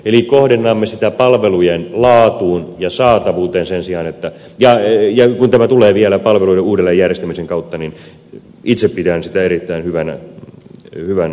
eli kohdennamme sitä palvelujen laatuun ja saatavuuteen ja kun tämä tulee vielä palvelujen uudelleen järjestämisen kautta niin itse pidän sitä erittäin hyvänä tavoitteena